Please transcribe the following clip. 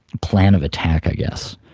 plan of attack i guess,